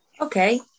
Okay